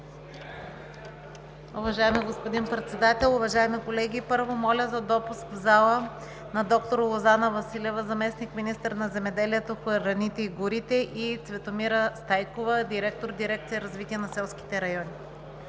Уважаеми господин Председател, уважаеми колеги, първо, моля за допуск в залата на д р Лозана Василева – заместник-министър на земеделието, храните и горите, и Цветомира Стайкова – директор на Дирекция „Развитие на селските райони“.